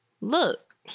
look